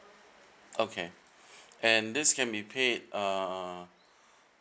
okay and this can be paid uh